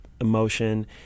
emotion